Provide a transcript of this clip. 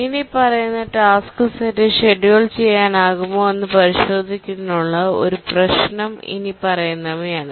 ഇനിപ്പറയുന്ന task set schedule ചെയ്യാനാകുമോയെന്ന് പരിശോധിക്കുന്നതിനുള്ള ഒരു പ്രശ്നം ഇനിപ്പറയുന്നവയാണ്